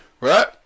right